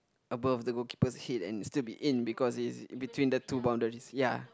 above the goalkeeper's head and still be in because it's in between the two boundaries ya